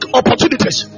opportunities